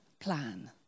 plan